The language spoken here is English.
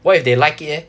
what if they like it eh